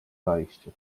zajście